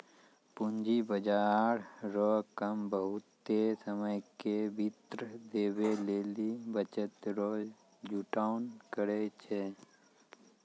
पूंजी बाजार रो काम बहुते समय के वित्त देवै लेली बचत रो जुटान करै छै